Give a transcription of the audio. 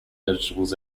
vegetables